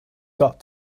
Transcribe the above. got